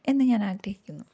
എന്ന് ഞാൻ ആഗ്രഹിക്കുന്നു